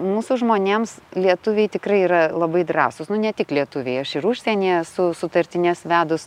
mūsų žmonėms lietuviai tikrai yra labai drąsūs nu ne tik lietuviai aš ir užsienyje su sutartines vedus